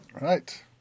Right